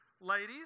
Ladies